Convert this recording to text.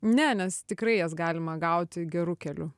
ne nes tikrai jas galima gauti geru keliu